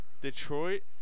Detroit